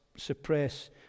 Suppress